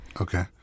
Okay